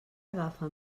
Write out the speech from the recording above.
agafa